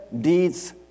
deeds